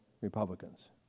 Republicans